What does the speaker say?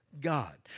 God